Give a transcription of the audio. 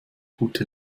gute